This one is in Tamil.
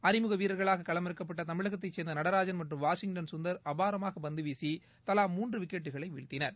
அறிமுக வீரர்களாக களமிறக்கப்பட்ட தமிழகத்தைச் சே்ந்த நடராஜன் மற்றும் வாஷிங்டன் சுந்தர் அபாரமாக பந்துவீசி தலா மூன்று விக்கெட்களை வீழ்த்தினர்